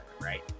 right